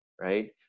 right